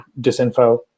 disinfo